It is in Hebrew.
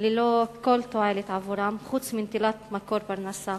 ללא כל תועלת עבורם, חוץ מנטילת מקור פרנסה,